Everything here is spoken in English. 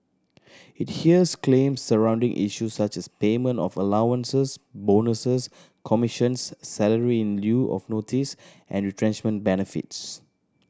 it hears claims surrounding issues such as payment of allowances bonuses commissions salary in lieu of notice and retrenchment benefits